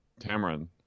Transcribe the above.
tamron